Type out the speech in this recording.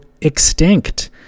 extinct